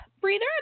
breather